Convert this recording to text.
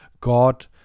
God